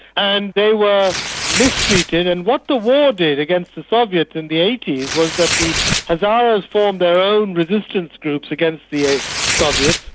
and they were mistreated. and what the war did against the soviets in the was that the hazaras formed their own resistance groups against the soviets.